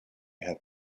have